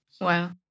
Wow